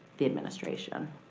the administration.